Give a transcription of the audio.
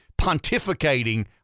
pontificating